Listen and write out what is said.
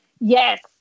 Yes